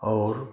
और